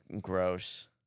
Gross